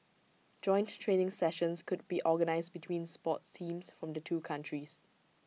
joint training sessions could be organised between sports teams from the two countries